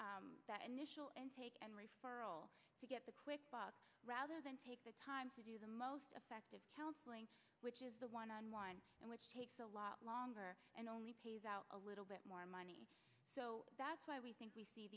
that that initial intake and referral to get the quick buck rather than take the time to do the most effective counseling which is the one on one and which takes a lot longer and only pays out a little bit more money so that's why we think we see